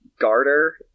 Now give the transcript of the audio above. garter